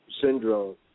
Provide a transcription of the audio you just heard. Syndrome